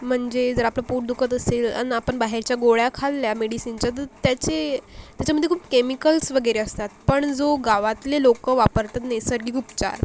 म्हणजे जर आपलं पोट दुखत असेल आणि आपण बाहेरच्या गोळ्या खाल्ल्या मेडिसीनच्या तर त्याचे त्याच्यामध्ये खूप केमिकल्स वगैरे असतात पण जो गावातले लोकं वापरतात नैसर्गिक उपचार